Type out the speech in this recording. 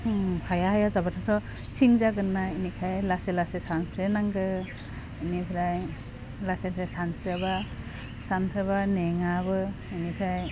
उम हाया हाया जाबाथ' सिन जागोनना इनिखाय लासै लासै सानस्रि नांगौ इनिफ्राय लासै लासै सानस्रियाबा सानस्रिबा मेङाबो बिनिफ्राय